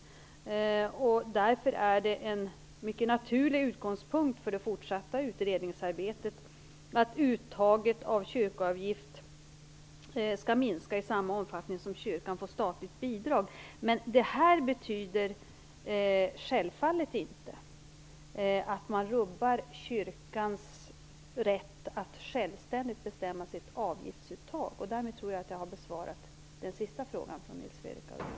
Därför är det en mycket naturlig utgångspunkt för det fortsatta utredningsarbetet att uttaget av kyrkoavgift skall minska i samma omfattning som kyrkan får statligt bidrag. Men det betyder självfallet inte att man rubbar kyrkans rätt att självständigt bestämma sitt avgiftsuttag. Därmed tror jag att jag har besvarat den sista frågan från Nils Fredrik Aurelius.